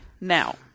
Now